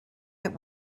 that